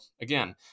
again